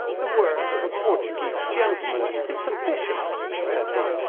the word of a portuguese gentleman is sufficient, said he.